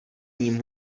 ním